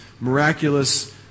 miraculous